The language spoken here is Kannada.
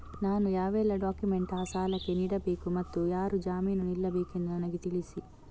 ನಾನು ಯಾವೆಲ್ಲ ಡಾಕ್ಯುಮೆಂಟ್ ಆ ಸಾಲಕ್ಕೆ ನೀಡಬೇಕು ಮತ್ತು ಯಾರು ಜಾಮೀನು ನಿಲ್ಲಬೇಕೆಂದು ನನಗೆ ತಿಳಿಸಿ?